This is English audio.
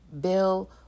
bill